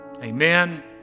Amen